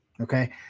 okay